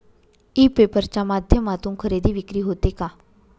E paper च्या माध्यमातून खरेदी विक्री होते का?